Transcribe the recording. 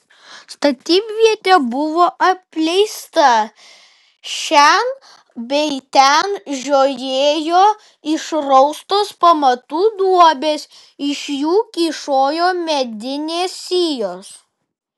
statybvietė buvo apleista šen bei ten žiojėjo išraustos pamatų duobės iš jų kyšojo medinės sijos